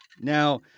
Now